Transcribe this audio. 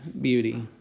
beauty